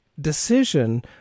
decision